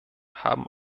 haben